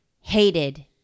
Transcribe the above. hated